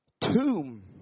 tomb